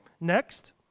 next